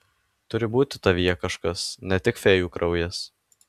turi būti tavyje kažkas ne tik fėjų kraujas